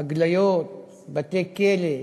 הגליות, בתי-כלא,